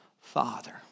Father